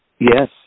Yes